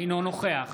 אינו נוכח